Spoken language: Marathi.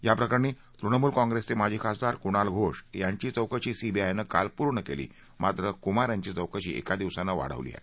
याप्रकरणी तृणमूल काँप्रेसचे माजी खासदार कुणाल घोष यांची चौकशी सीबीआयनं काल पूर्ण केली मात्र कुमार यांची चौकशी एका दिवसानं वाढवली आहे